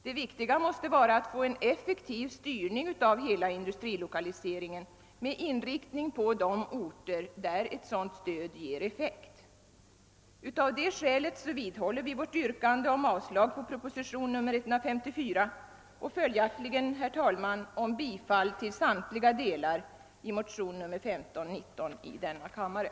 Det viktiga måste vara att få en effektiv styrning av hela industrilokaliseringen med inriktning på de orter där ett sådant stöd ger effekt. Av det skälet vidhåller vi vårt yrkande om. avslag på propositionen nr 154 och yrkar. följaktligen bifall till samtliga delar av motionen II: 1519.